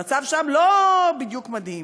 המצב שם לא בדיוק מדהים.